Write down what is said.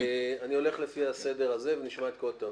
אני הולך לפי הסדר הזה, ונשמע את כל הטענות.